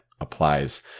applies